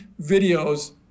videos